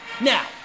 Now